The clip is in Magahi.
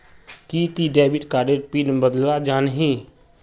कि ती डेविड कार्डेर पिन बदलवा जानछी